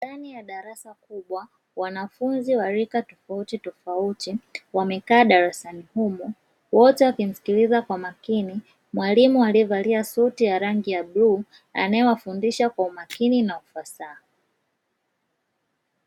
Ndani ya darasa kubwa wanafunzi wa rika tofauti tofauti wamekaa darasani humo, wote wakimsikiliza kwa makini mwalimu aliyevalia suti ya rangi ya bluu anayewafundisha kwa umakini na ufasaha.